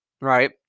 right